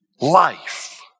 life